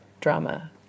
drama